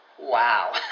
Wow